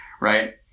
Right